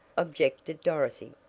objected dorothy.